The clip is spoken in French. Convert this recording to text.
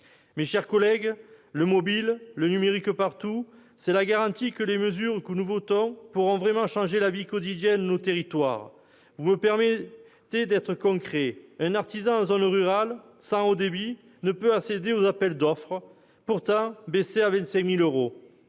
Mes chers collègues, le mobile, le numérique partout, c'est la garantie que les mesures que nous votons pourront vraiment changer la vie quotidienne de nos territoires. Vous me permettrez d'être concret : un artisan en zone hyper rurale sans haut débit ne peut accéder aux appels d'offres pourtant baissés à 25 000 euros.